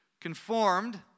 conformed